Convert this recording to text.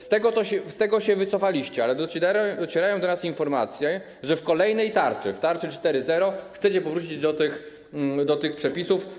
Z tego się wycofaliście, ale docierają do nas informacje, że w kolejnej tarczy, w tarczy 4.0, chcecie powrócić do tych przepisów.